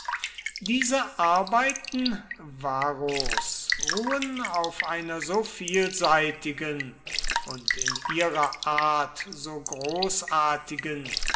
diese arbeiten varros ruhen auf einer so vielseitigen und in ihrer art so großartigen